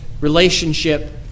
relationship